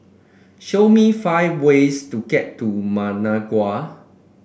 show me five ways to get to Managua